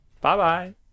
Bye-bye